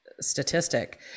statistic